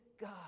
God